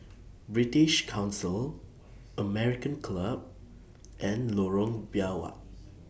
British Council American Club and Lorong Biawak